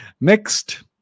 Next